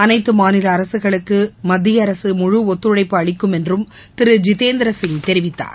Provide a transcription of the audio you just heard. அனைத்தமாநிலஅரசுகளுக்குமத்தியஅரசு முழு ஒத்துழைப்பு அளிக்கும் என்றும் திரு ஜிதேந்திரசிங் தெரிவித்தார்